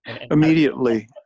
Immediately